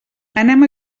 anem